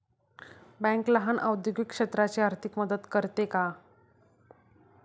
Bank लहान औद्योगिक क्षेत्राची आर्थिक मदत करते का?